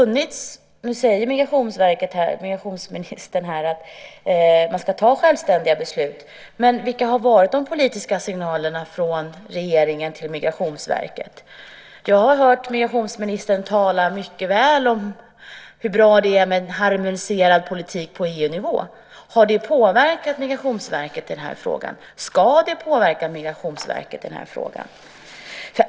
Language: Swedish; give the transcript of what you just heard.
Nu säger migrationsministern att man ska ta självständiga beslut, men vilka har de politiska signalerna från regeringen varit till Migrationsverket? Jag har hört Migrationsministern tala mycket väl om hur bra det är med en harmoniserad politik på EU-nivå. Har det påverkat Migrationsverket i den här frågan? Ska det påverka Migrationsverket i den här frågan?